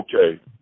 Okay